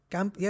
Camp